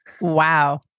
Wow